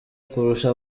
kurusha